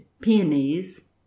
peonies